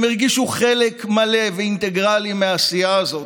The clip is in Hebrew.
הם הרגישו חלק מלא ואינטגרלי מהעשייה הזאת,